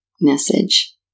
message